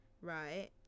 right